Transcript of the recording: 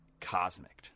cosmic